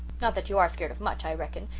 not that you are scared of much, i reckon,